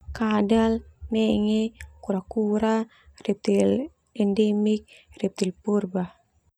Kadal, menge, kura-kura, reptil endemik, reptil purba.